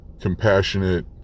compassionate